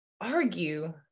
argue